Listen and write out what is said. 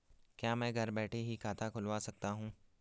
क्या मैं घर बैठे ही खाता खुलवा सकता हूँ?